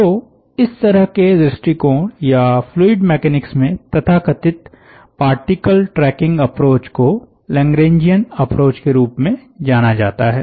तो इस तरह के दृष्टिकोण या फ्लूइड मैकेनिक्स में तथाकथित पार्टिकल ट्रैकिंग अप्रोच को लैग्रैेंजियन अप्रोच के रूप में जाना जाता है